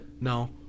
No